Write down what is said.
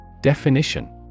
Definition